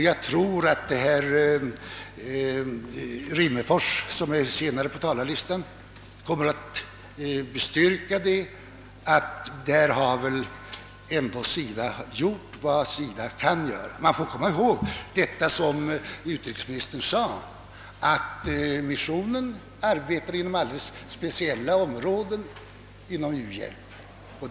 Jag tror att herr Rimmerfors, som står senare på talarlistan, kommer att: bestyrka att SIDA därvidlag gjort vad organisationen kan göra. Man får emellertid komma ihåg vad utrikesministern "sade, nämligen att missionen årbetar inom alldeles speciella områden av u-hjälpen.